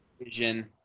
vision